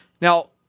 Now